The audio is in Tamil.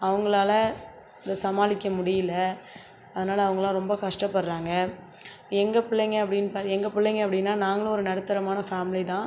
அவங்ளால இதை சமாளிக்க முடியல அதனால் அவங்களாம் ரொம்ப கஷ்டப்படுறாங்க எங்கள் பிள்ளைங்க அப்படினு ப எங்கள் பிள்ளைங்க எப்படினா நாங்களும் ஒரு நடுத்தரமான ஃபேமிலி தான்